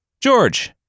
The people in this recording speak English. George